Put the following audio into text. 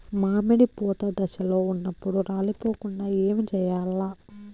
మామిడి పూత దశలో ఉన్నప్పుడు రాలిపోకుండ ఏమిచేయాల్ల?